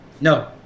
no